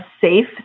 safe